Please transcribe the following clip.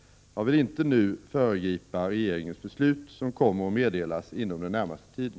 Jag vill inte nu föregripa regeringens beslut, som kommer att meddelas inom den närmaste tiden.